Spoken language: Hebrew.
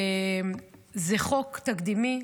זה חוק תקדימי,